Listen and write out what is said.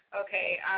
Okay